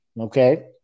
Okay